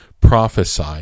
Prophesy